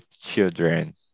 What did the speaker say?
children